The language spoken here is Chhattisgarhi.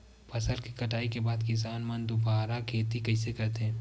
फसल के कटाई के बाद किसान मन दुबारा खेती कइसे करथे?